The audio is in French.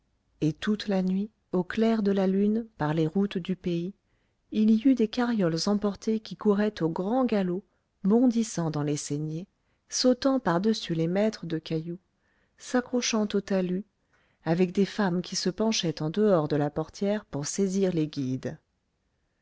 et toute la nuit au clair de la lune par les routes du pays il y eut des carrioles emportées qui couraient au grand galop bondissant dans les saignées sautant par-dessus les mètres de cailloux s'accrochant aux talus avec des femmes qui se penchaient en dehors de la portière pour saisir les guides